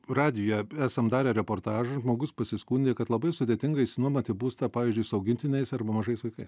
radijuje esam darę reportažą žmogus pasiskundė kad labai sudėtinga išsinuomoti būstą pavyzdžiui su augintiniais arba mažais vaikais